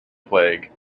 plague